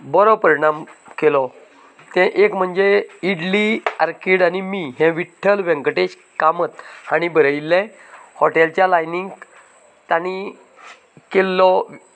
बरो परिणाम केलो तें एक म्हणजे इडली आर्केड आनी मी हे विठ्ठल वेंकटेश कामत हांणी बरयल्लें हॉटेलच्या लायनींक तांणी केल्लो